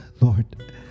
Lord